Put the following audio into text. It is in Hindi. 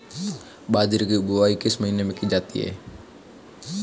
बाजरे की बुवाई किस महीने में की जाती है?